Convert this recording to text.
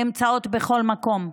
נמצאות בכל מקום.